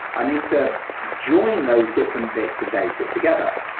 i need to join those different bits of data together.